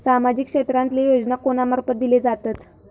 सामाजिक क्षेत्रांतले योजना कोणा मार्फत दिले जातत?